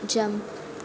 jump